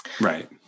Right